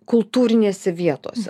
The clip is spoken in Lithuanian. kultūrinėse vietose